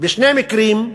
בשני מקרים,